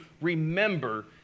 remember